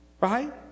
Right